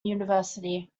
university